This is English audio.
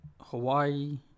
Hawaii